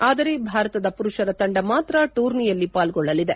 ಆದರೆ ಭಾರತದ ಮರುಷರ ತಂಡ ಮಾತ್ರ ಟೂರ್ನಿಯಲ್ಲಿ ಪಾಲ್ಗೊಳ್ಳಲಿದೆ